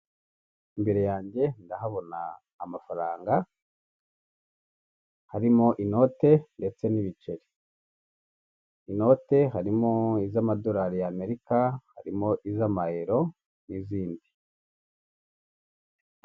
Imbere yanjye ndahabona amafaranga harimo inote ndetse n'ibiceri inote harimo iz'amadolari y' Amerika harimo iz'amayero n'izindi.